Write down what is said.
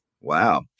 Wow